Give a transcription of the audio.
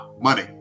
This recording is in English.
money